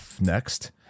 next